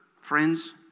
friends